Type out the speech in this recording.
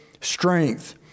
strength